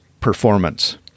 performance